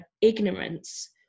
ignorance